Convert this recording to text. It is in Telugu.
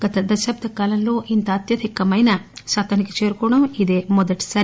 గత దశాబ్దకాలంలో ఇంత అత్యధికమైన శాతానికి చేరుకోవడం ఇదే మొదటిసారి